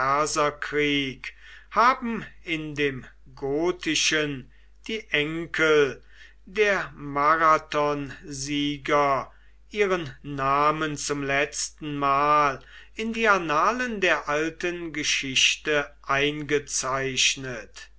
haben in dem gotischen die enkel der marathonsieger ihren namen zum letzten mal in die annalen der alten geschichte eingezeichnet